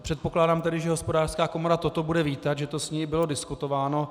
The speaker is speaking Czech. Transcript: Předpokládám tedy, že Hospodářská komora toto bude vítat, že to s ní i bylo diskutováno.